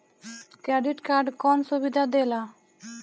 Credit card कौन सुबिधा देला?